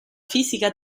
fisica